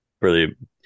Brilliant